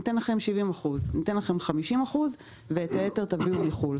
ניתן 70% או 50% ואת היתר תביאו מחו"ל.